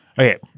Okay